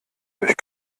durch